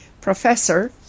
Professor